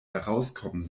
herauskommen